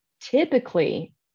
typically